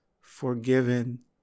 forgiven